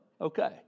okay